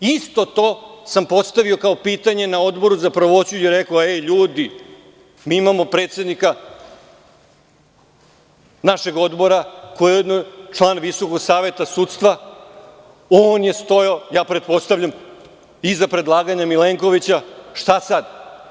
Isto to sam postavio kao pitanje na Odboru za pravosuđe i rekao – ej ljudi, mi imamo predsednika našeg odbora koji je ujedno i član Visokog saveta sudstva, on je stajao, ja pretpostavljam, iza predlaganja Milenkovića, šta sad?